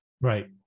Right